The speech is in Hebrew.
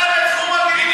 הגינקולוגי.